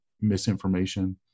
misinformation